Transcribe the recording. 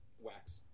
wax